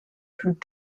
plus